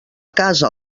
casa